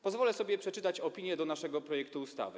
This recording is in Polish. Pozwolę sobie przeczytać opinię dotyczącą naszego projektu ustawy.